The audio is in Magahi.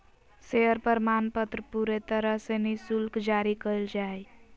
शेयर प्रमाणपत्र पूरे तरह से निःशुल्क जारी कइल जा हइ